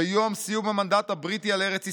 ביום סיום המנדט הבריטי על ארץ ישראל,